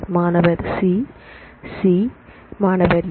மாணவர்C C மாணவர்A